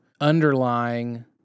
underlying